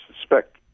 suspect